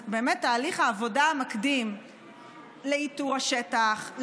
יש תהליך עבודה מקדים לאיתור השטח,